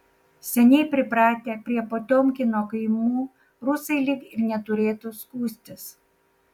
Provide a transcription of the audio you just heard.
seniai pripratę prie potiomkino kaimų rusai lyg ir neturėtų skųstis